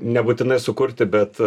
nebūtinai sukurti bet